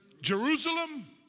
Jerusalem